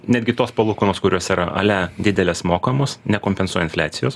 netgi tos palūkanos kurios yra ale didelės mokamos nekompensuoja infliacijos